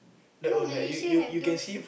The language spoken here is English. you know Malaysia have those